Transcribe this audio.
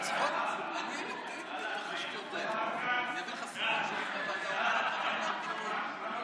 זן אומיקרון של נגיף הקורונה החדש (הוראת שעה),